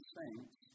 saints